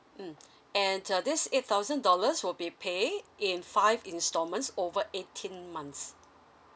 mm uh this eight thousand dollars will be paid in five installments over eighteen months